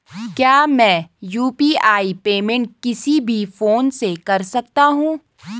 क्या मैं UPI payment किसी भी फोन से कर सकता हूँ?